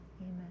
Amen